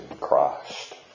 Christ